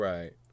Right